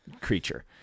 creature